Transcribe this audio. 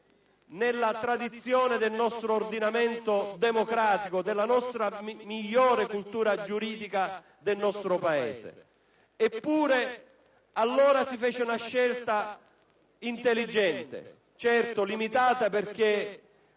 della tradizione del nostro ordinamento democratico, della migliore cultura giuridica del nostro Paese. Eppure, allora si fece una scelta intelligente, certo limitata perché